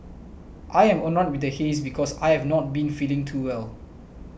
I am annoyed with the haze because I have not been feeling too well